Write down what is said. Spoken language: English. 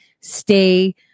stay